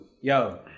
Yo